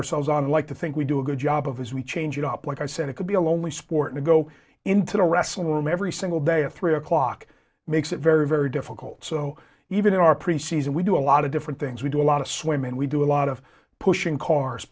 or selves on like to think we do a good job of is we change it up like i said it could be a lonely sport and go into wrestling room every single day at three o'clock makes it very very difficult so even in our pre season we do a lot of different things we do a lot of swim and we do a lot of pushing cars